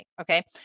Okay